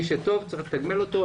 כאשר מי שטוב, צריך לתגמל אותו.